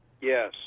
Yes